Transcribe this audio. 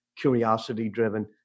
curiosity-driven